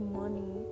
money